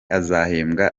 azahembwa